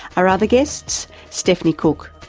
our other guests, stephanie cooke,